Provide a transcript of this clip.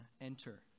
enter